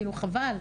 חבל.